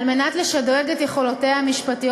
על מנת לשדרג את יכולותיה המשפטיות